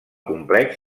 complex